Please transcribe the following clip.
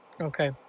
Okay